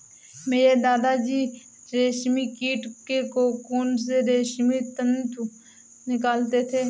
मेरे दादा जी रेशमी कीट के कोकून से रेशमी तंतु निकालते थे